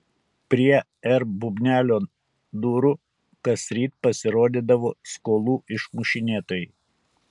prie r bubnelio durų kasryt pasirodydavo skolų išmušinėtojai